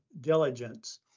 diligence